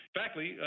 factly